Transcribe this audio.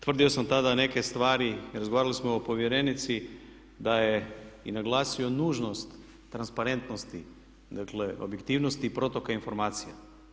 Tvrdio sam tada neke stvari, razgovarali smo o povjerenici da je i naglasio nužnost transparentnosti, dakle objektivnosti i protoka informacija.